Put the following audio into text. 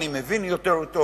אני מבין יותר טוב.